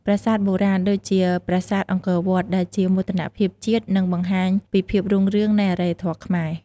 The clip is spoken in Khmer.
ប្រាសាទបុរាណ ដូចជាប្រាសាទអង្គរវត្ត ដែលជាមោទនភាពជាតិ និងបង្ហាញពីភាពរុងរឿងនៃអរិយធម៌ខ្មែរ។